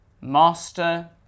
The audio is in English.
Master